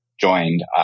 joined